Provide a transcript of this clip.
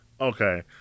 Okay